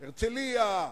הרצלייה,